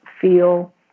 feel